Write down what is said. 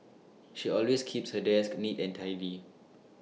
she always keeps her desk neat and tidy